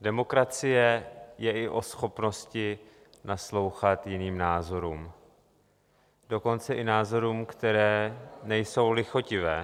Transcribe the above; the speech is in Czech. Demokracie je i o schopnosti naslouchat jiným názorům, dokonce i názorům, které nejsou lichotivé.